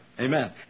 Amen